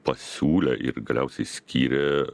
pasiūlė ir galiausiai skyrė